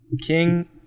king